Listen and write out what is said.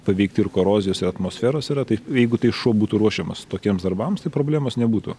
paveikti ir korozijos ir atmosferos yra tai jeigu tai šuo būtų ruošiamas tokiems darbams tai problemos nebūtų